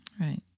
Right